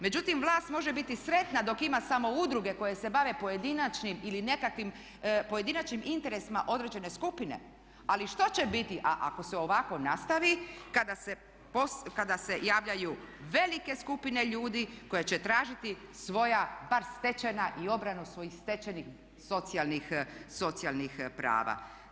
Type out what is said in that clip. Međutim, vlast može biti sretna dok ima samo udruge koje se bave pojedinačnim ili nekakvim pojedinačnim interesima određene skupine, ali što će biti ako se ovako nastavi kad se javljaju velike skupine ljudi koje će tražiti svoja bar stečena i obranu svojih stečenih socijalnih prava?